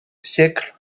siècle